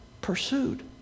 pursued